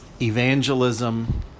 evangelism